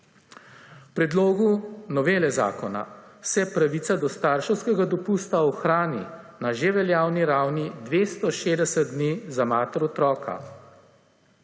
V Predlogu novele zakona se pavica do starševskega dopusta ohrani na že veljavni ravni 260 dni za mater otroka,